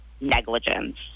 negligence